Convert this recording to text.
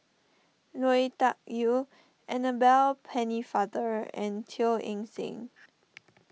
Lui Tuck Yew Annabel Pennefather and Teo Eng Seng